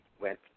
went